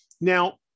now